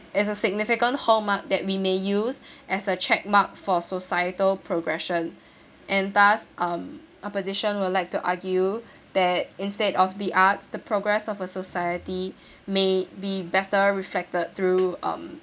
it's a significant hallmark that we may use as a check mark for societal progression and thus um opposition would like to argue that instead of the arts the progress of a society may be better reflected through um